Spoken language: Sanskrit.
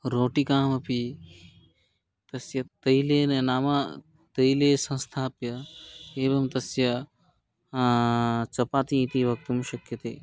रोटीकामपि तस्य तैलेन नाम तैले संस्थाप्य एवं तस्य चपाति इति वक्तुं शक्यते